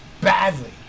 badly